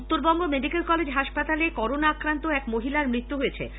Uttarbanga medical college হাসপাতলে corona আক্রান্ত এক মহিলার মৃত্যু হয়েচেহ